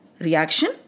reaction